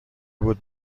بود